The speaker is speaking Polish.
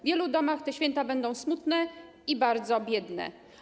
W wielu domach te święta będą smutne i bardzo biedne.